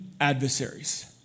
adversaries